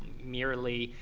merely,